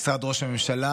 משרד ראש הממשלה,